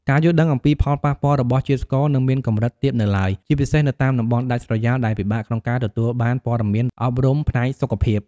ការយល់ដឹងអំពីផលប៉ះពាល់របស់ជាតិស្ករនៅមានកម្រិតទាបនៅឡើយ ជាពិសេសនៅតាមតំបន់ដាច់ស្រយាលដែលពិបាកក្នុងការទទួលបានព័ត៌មានអប់រំផ្នែកសុខភាព។